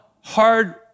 hard